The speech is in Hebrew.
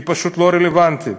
הן פשוט לא רלוונטיות.